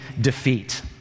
defeat